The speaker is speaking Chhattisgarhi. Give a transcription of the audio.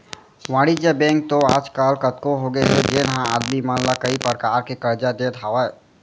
वाणिज्य बेंक तो आज काल कतको होगे हे जेन ह आदमी मन ला कई परकार के करजा देत हावय